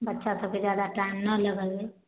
बच्चा सबके जादा टाइम न लगेबै